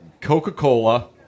Coca-Cola